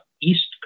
east